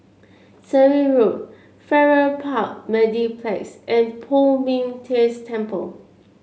Surrey Road Farrer Park Mediplex and Poh Ming Tse Temple